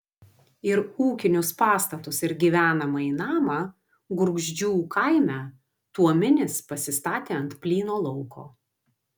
ir ūkinius pastatus ir gyvenamąjį namą gurgždžių kaime tuominis pasistatė ant plyno lauko